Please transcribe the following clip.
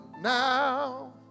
now